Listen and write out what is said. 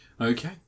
Okay